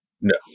No